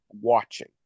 watching